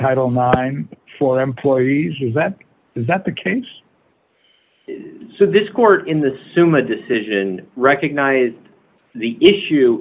title mine for employees is that is that the case so this court in the summa decision recognized the issue